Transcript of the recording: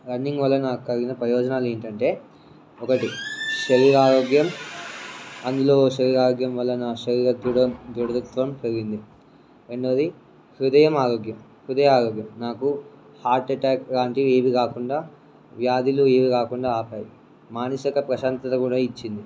running వల్ల నాకు కలిగిన ప్రయోజనాలు ఏంటంటే ఒకటి శరీర ఆరోగ్యం అందులో శరీర ఆరోగ్యం వల్ల నా శరీర దృడ దృఢత్వం కలిగింది రెండోవది హృదయం ఆరోగ్యం హృదయ ఆరోగ్యం నాకు హార్ట్ అటాక్ లాంటివి ఏవి కాకుండా వ్యాధులు ఏవి కాకుండా ఆపై మానసిక ప్రశాంతత కూడా ఇచ్చింది